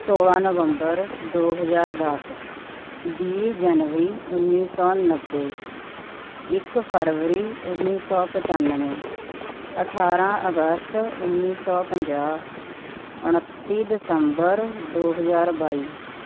ਸੋਲ੍ਹਾਂ ਨਵੰਬਰ ਦੋ ਹਜ਼ਾਰ ਦਸ ਵੀਹ ਜਨਵਰੀ ਉੱਨੀ ਸੌ ਨੱਬੇ ਇੱਕ ਫਰਵਰੀ ਉੱਨੀ ਸੌ ਪਚਾਨਵੇਂ ਅਠਾਰ੍ਹਾਂ ਅਗਸਤ ਉੱਨੀ ਸੌ ਪੰਜਾਹ ਉਣੱਤੀ ਦਸੰਬਰ ਦੋ ਹਜ਼ਾਰ ਬਾਈ